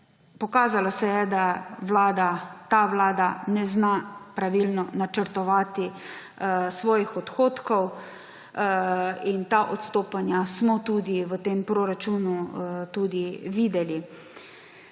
pokazalo se je, da ta vlada ne zna pravilno načrtovati svojih odhodkov. In ta odstopanja smo v tem proračunu tudi